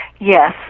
Yes